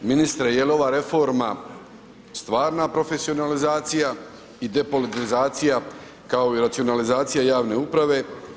Ministre, je li ova reforma stvarna profesionalizacija i depolitizacija kao i racionalizacija javne uprave?